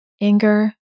anger